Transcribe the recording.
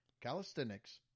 calisthenics